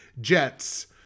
Jets